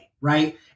right